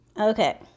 Okay